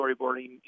storyboarding